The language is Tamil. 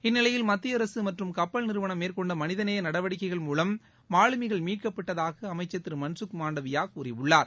இந்நிலையில் மத்திய அரசு மற்றும் கப்பல் நிறுவனம் மேற்கொண்ட மனிதநேய நடவடிக்கைகள் மூலம் மாலுமிகள் மீட்கப்பட்டதாக அமைச்சர் திரு மன்சுக் மாண்டவியா கூறியுள்ளார்